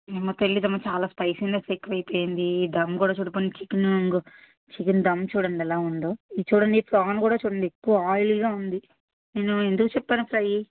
ఏమో తెలియదమ్మా చాలా స్పైసీనెస్ ఎక్కువ అయిపోయింది ధమ్ కూడా పోనీ చికెను ఇంగో చికెను ధమ్ చూడండి ఎలా ఉందో ఇది చూడండి ఈ ఫ్రాన్ కూడా చూడండి ఎక్కువ ఆయిల్గా ఉంది నేను ఎందుకు చెప్పాను ఫ్రైయి